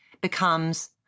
becomes